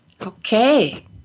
Okay